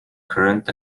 current